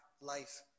life